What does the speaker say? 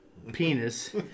Penis